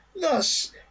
Thus